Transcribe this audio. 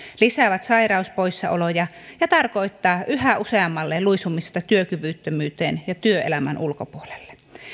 lisäävät sairauspoissaoloja ja tarkoittavat yhä useammalle luisumista työkyvyttömyyteen ja työelämän ulkopuolelle